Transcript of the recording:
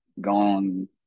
gone